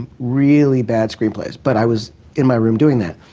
really bad screenplays, but i was in my room doing that